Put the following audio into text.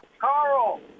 Carl